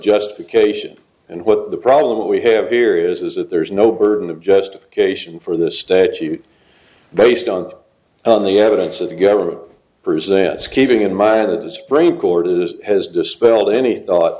justification and what the problem what we have here is that there is no burden of justification for the state you based on the evidence that the government presented is keeping in mind that the supreme court is has dispelled any thought